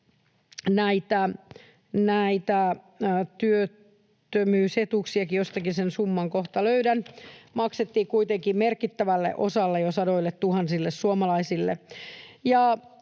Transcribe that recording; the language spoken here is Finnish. näitä työttömyysetuuksia-kin — jostakin sen summan kohta löydän — maksettiin kuitenkin merkittävälle osalle, sadoilletuhansille suomalaisille.